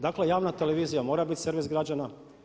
Dakle, javna televizija mora biti servis građana.